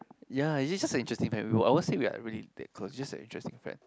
ya he's such a interesting friend we won't I won't say we are really that close just a interesting friend